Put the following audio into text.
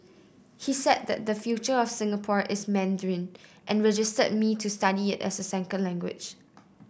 he said the future of Singapore is Mandarin and registered me to study it as a second language